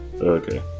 Okay